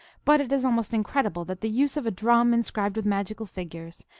but it is almost incredible that the use of a drum inscribed with magical figures,